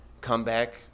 comeback